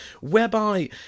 whereby